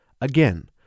Again